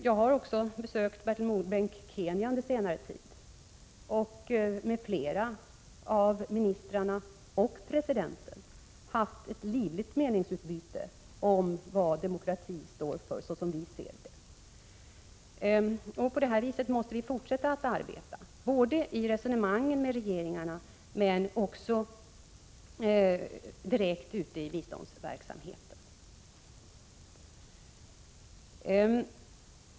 Jag har också, Bertil Måbrink, besökt Kenya under senare tid, och jag har med flera av ministrarna samt presidenten haft ett livligt meningsutbyte om vad demokrati står för — hur vi ser det. På det sättet måste vi fortsätta att arbeta, både i resonemangen med regeringarna och direkt ute i biståndsverksamheten.